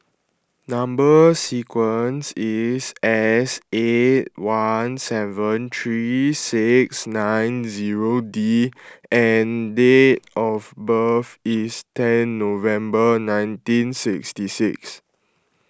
Number Sequence is S eight one seven three six nine zero D and date of birth is ten November nineteen sixty six